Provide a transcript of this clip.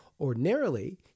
ordinarily